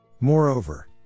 Moreover